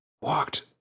walked